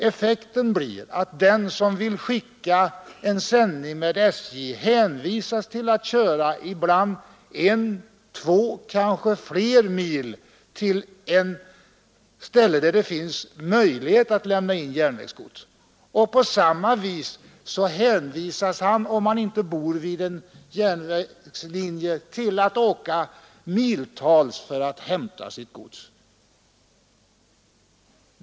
Effekten blir att den som vill skicka gods med SJ hänvisas till att köra en, två och ibland kanske ännu fler mil till en ort där det finns möjlighet att lämna in gods. På samma sätt får man åka miltals för att hämta sitt gods.